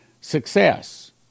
Success